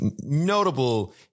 notable